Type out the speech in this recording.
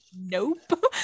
Nope